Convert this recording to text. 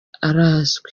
arazwi